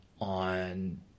on